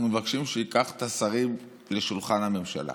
אנחנו מבקשים שייקח את השרים לשולחן הממשלה.